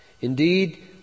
Indeed